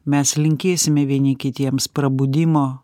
mes linkėsime vieni kitiems prabudimo